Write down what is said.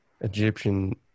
Egyptian